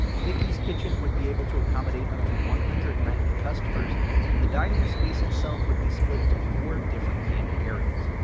mickey's kitchen would be able to accommodate up to one hundred and ninety customers and the dining space itself would be split into four different themed areas,